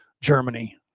Germany